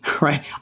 right